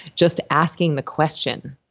just asking the question,